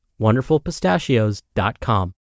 wonderfulpistachios.com